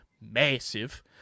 massive